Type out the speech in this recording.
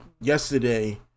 yesterday